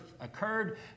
occurred